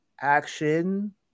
action